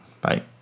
bye